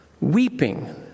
Weeping